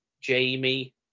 Jamie